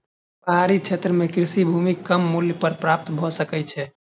पहाड़ी क्षेत्र में कृषि भूमि कम मूल्य पर प्राप्त भ सकै छै